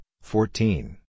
fourteen